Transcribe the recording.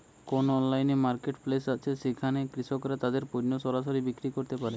কোন online marketplace আছে যেখানে কৃষকরা তাদের পণ্য সরাসরি বিক্রি করতে পারে?